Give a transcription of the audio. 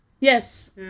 Yes